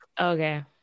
Okay